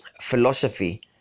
philosophy